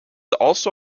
also